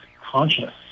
conscious